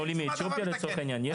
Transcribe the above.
העולים מאתיופיה לצורך העניין.